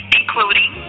including